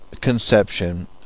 conception